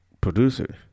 producer